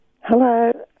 Hello